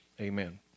amen